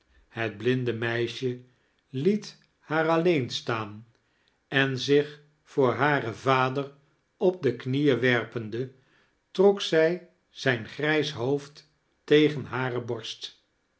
het blinde meisje liet haar alleen staan en zich voor haren vader op de knieen werpenda trok zij zijn grijs hoofd tegen hare borst